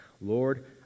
Lord